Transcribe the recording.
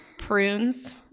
prunes